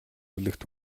бүлэгт